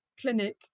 clinic